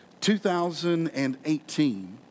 2018